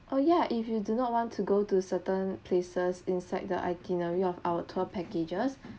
oh yeah if you do not want to go to certain places inside the itinerary of our tour packages